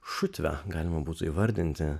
šutve galima būtų įvardinti